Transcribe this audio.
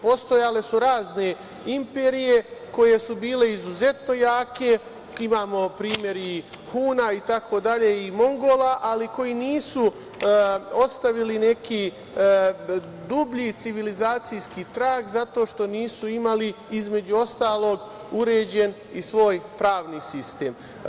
Postojale su razne imperije koje su bile izuzetno jake, imamo primer Huna, Mongola, itd, ali koji nisu ostavili neki dublji civilizacijski trag, zato što nisu imali, između ostalog, uređen i svoj pravni sistem.